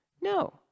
No